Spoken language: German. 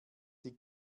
die